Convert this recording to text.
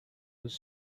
was